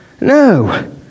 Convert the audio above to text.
no